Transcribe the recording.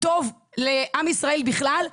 טוב לעם ישראל בכלל,